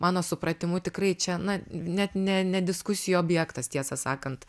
mano supratimu tikrai čia na net ne ne diskusijų objektas tiesą sakant